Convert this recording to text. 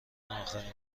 آخرین